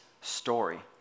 story